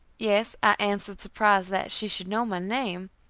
yes, i answered, surprised that she should know my name.